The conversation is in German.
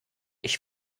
ich